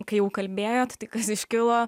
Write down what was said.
kai jau kalbėjot tai kas iškilo